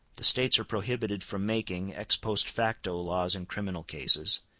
the states are prohibited from making ex post facto laws in criminal cases,